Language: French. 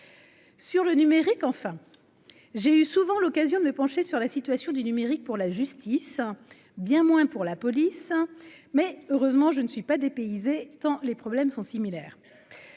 sur le numérique, enfin j'ai eu souvent l'occasion de me pencher sur la situation du numérique pour la justice, bien moins pour la police, hein, mais heureusement, je ne suis pas dépaysé, tant les problèmes sont similaires